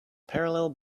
parallel